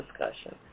discussion